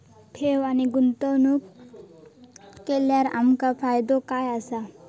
ठेव आणि गुंतवणूक केल्यार आमका फायदो काय आसा?